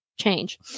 change